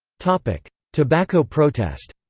tobacco tobacco protest